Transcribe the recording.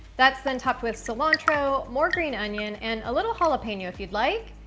that's then topped with cilantro, more green onion and a little jalapeno, if you'd like.